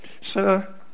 Sir